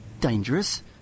Dangerous